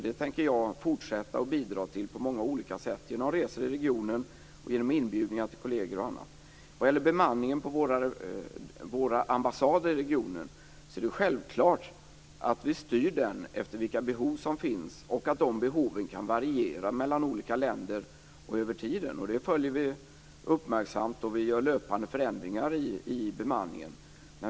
Jag tänker fortsätta att bidra till detta på olika sätt, bl.a. resor i regionen och inbjudningar till kolleger. Sedan var det bemanningen på våra ambassader i regionen. Det är självklart att vi styr den efter vilka behov som finns. De behoven kan variera mellan olika länder och över tiden. Vi följer det uppmärksamt och gör löpande förändringar i bemanningen.